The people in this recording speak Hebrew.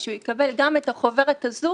שהוא יקבל גם את החוברת הזאת.